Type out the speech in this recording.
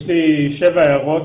יש לי שבע הערות.